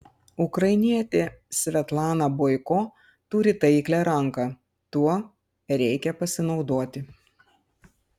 ukrainietė svetlana boiko turi taiklią ranką tuo reikia pasinaudoti